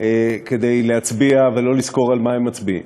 כדי להצביע ולא לזכור על מה הם מצביעים,